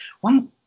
One